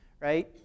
right